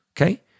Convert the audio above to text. okay